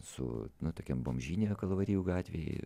su na tokiam bomžyne kalvarijų gatvėj